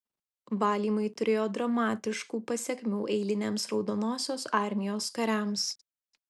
valymai turėjo dramatiškų pasekmių eiliniams raudonosios armijos kariams